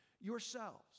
yourselves